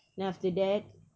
then after that